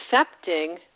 accepting